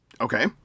Okay